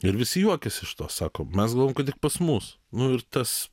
ir visi juokiasi iš to sako mes galvojom kad tik pas mus nu ir tas